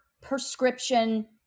prescription